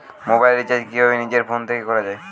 Mobile recharge কিভাবে নিজের phone থেকে করা য়ায়?